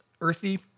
earthy